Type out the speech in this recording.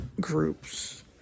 groups